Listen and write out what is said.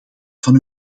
van